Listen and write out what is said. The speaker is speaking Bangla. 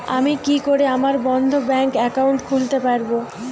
আমি কি করে আমার বন্ধ ব্যাংক একাউন্ট খুলতে পারবো?